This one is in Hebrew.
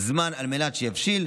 זמן על מנת שיבשיל,